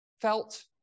felt